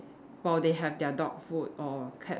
or they have their dog food or cat food